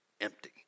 empty